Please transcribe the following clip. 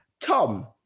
Tom